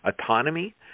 autonomy